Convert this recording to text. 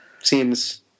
seems